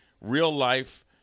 real-life